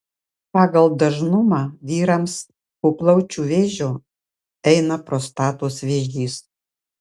pagal dažnumą vyrams po plaučių vėžio eina prostatos vėžys